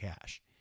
cash